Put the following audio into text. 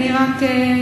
אני רק,